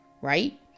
Right